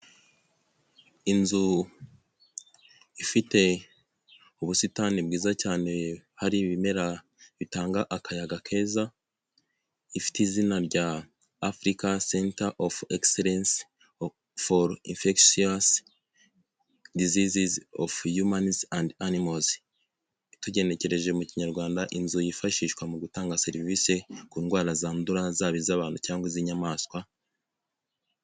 Inzu ifite ubusitani bwiza cyane hari ibimera bitanga akayaga keza, ifite izina rya afurika senta of egiselense foru infegisiasi dizizisi ofu yumanizi endi animozi. Tugenekereje mu Kinyarwanda, inzu yifashishwa mu gutanga serivisi ku ndwara zandura zaba iz'abantu cyangwa iz'inyamaswa